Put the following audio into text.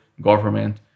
government